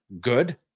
good